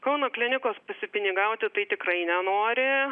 kauno klinikos pasipinigauti tai tikrai nenori